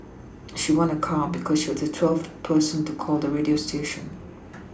she won a car because she was the twelfth person to call the radio station